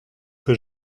que